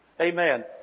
Amen